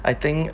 I think